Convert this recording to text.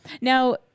Now